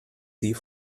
die